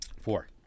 Four